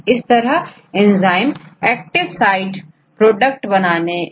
इस तरह enzyme active site product बनाने के बादcommute हो जाते हैं